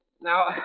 Now